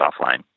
offline